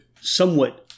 somewhat